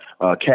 Cash